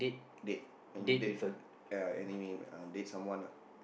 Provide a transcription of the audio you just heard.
date when you date any mean date someone lah